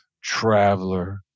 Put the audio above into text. traveler